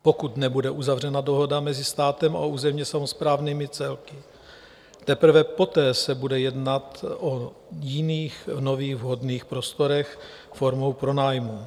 Pokud nebude uzavřena dohoda mezi státem a územními samosprávnými celky, teprve poté se bude jednat o jiných, nových, vhodných prostorech formou pronájmu.